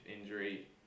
injury